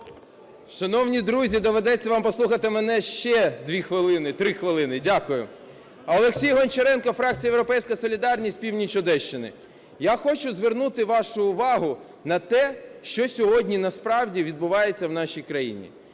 Шановні друзі, доведеться вас послухати мене ще 2 хвилини, 3 хвилини. Дякую. Олексій Гончаренко, фракція "Європейська солідарність", північ Одещини. Я хочу звернути вашу увагу на те, що сьогодні насправді відбувається в нашій країні.